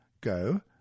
go